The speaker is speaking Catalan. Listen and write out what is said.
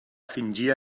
fingia